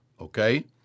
okay